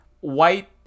white